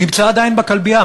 נמצא עדיין בכלבייה?